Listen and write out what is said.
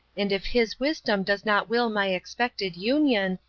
and if his wisdom does not will my expected union,